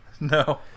No